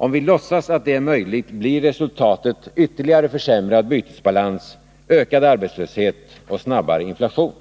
Om vi låtsas att det är möjligt blir resultatet ytterligare försämrad bytesbalans, ökad arbetslöshet och snabbare inflation.